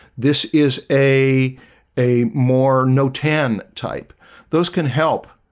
this is a a more know tan type those can help